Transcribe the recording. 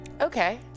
okay